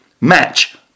match